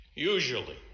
Usually